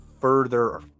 further